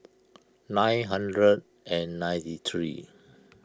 nine hundred and ninety three